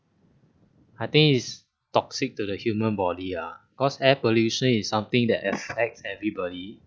I think it's toxic to the human body ah cause air pollution is something that affect everybody